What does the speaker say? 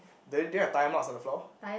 they they have tyre mask on the floor